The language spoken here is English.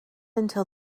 until